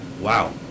wow